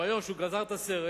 ביום שהוא גזר את הסרט